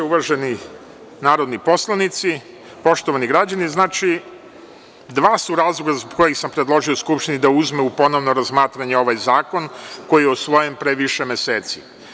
Uvaženi narodni poslanici, poštovani građani, dva su razloga zbog kojih sam predložio Skupštini da uzme u ponovno razmatranje ovaj zakon koji je usvojen pre više meseci.